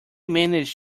managed